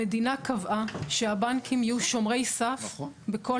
המדינה קבעה שהבנקים יהיו שומרי סף בכל